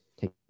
take